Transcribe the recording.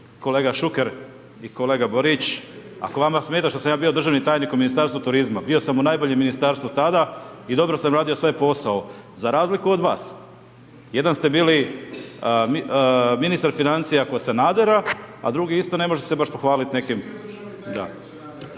Kolega Šuker i kolega Borić ako vama smeta što sam ja bio državni tajnik u Ministarstvu turizma, bio sam u najboljem ministarstvu tada i dobro sam radio svoj posao za razliku od vas. Jedan ste bili ministar financija kod Sanadera a drugi isto ne može se baš pohvaliti nekim.